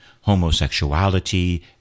homosexuality